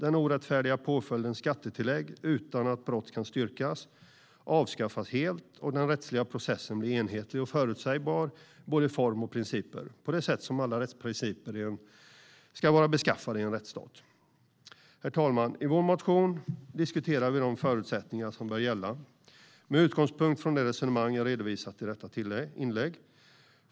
Den orättfärdiga påföljden skattetillägg, utan att brott kan styrkas, avskaffas helt. Den rättsliga processen blir enhetlig och förutsägbar i både form och principer på det sätt som alla rättsprocesser ska vara beskaffade i en rättsstat. Herr talman! I vår motion diskuterar vi de förutsättningar som bör gälla med utgångspunkt från det resonemang jag har redovisat i detta inlägg.